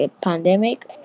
pandemic